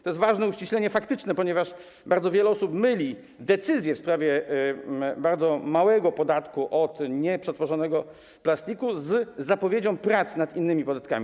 To jest ważne uściślenie faktyczne, ponieważ bardzo wiele osób myli decyzje w sprawie bardzo małego podatku od nieprzetworzonego plastiku z zapowiedzią prac nad innymi podatkami.